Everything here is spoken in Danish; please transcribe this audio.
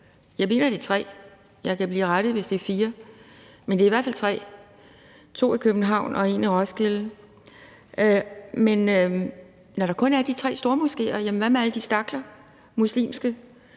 Jeg mener, at det er tre – jeg kan blive rettet, hvis det er fire, men det er i hvert fald tre: to i København og en i Roskilde. Men når der kun er de tre stormoskéer, vil jeg spørge: Hvad med alle de muslimske